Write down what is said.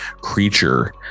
creature